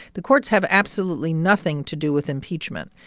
the courts have absolutely nothing to do with impeachment.